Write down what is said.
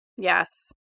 Yes